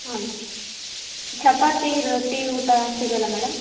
ಹಾಂ ಮ್ಯಾಮ್ ಚಪಾತಿ ರೊಟ್ಟಿ ಊಟ ಸಿಗಲ್ವ ಮೇಡಮ್